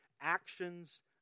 actions